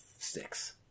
Six